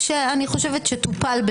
ואני חושבת שהוא טופל,